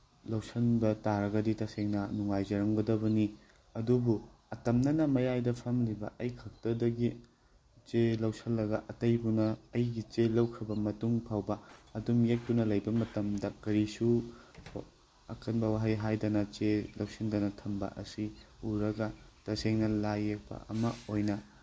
ꯂꯧꯁꯟꯕ ꯇꯥꯔꯒꯗꯤ ꯇꯁꯦꯡꯅ ꯅꯨꯡꯉꯥꯏꯖꯔꯝꯒꯗꯕꯅꯤ ꯑꯗꯨꯕꯨ ꯑꯇꯝꯅꯅ ꯃꯌꯥꯏꯗ ꯐꯝꯂꯤꯕ ꯑꯩꯈꯛꯇꯗꯒꯤ ꯆꯦ ꯂꯧꯁꯜꯂꯒ ꯑꯇꯩꯗꯨꯅ ꯑꯩꯒꯤ ꯆꯦ ꯂꯧꯈ꯭ꯔꯕ ꯃꯇꯨꯡ ꯐꯥꯎꯕ ꯑꯗꯨꯝ ꯌꯦꯛꯇꯨꯅ ꯂꯩꯕ ꯃꯇꯝꯗ ꯀꯔꯤꯁꯨ ꯑꯀꯟꯕ ꯋꯥꯍꯩ ꯍꯥꯏꯗꯅ ꯆꯦ ꯂꯧꯁꯤꯟꯗꯅ ꯊꯝꯕ ꯑꯁꯤ ꯎꯔꯒ ꯇꯁꯦꯡꯅ ꯂꯥꯏ ꯌꯦꯛꯄ ꯑꯃ ꯑꯣꯏꯅ